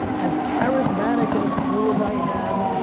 as charismatic and as cool as i am,